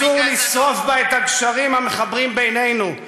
אסור לשרוף בה את הגשרים המחברים בינינו.